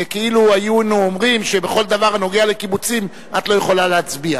זה כאילו היינו אומרים שבכל דבר הנוגע לקיבוצים את לא יכולה להצביע.